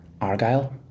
Argyle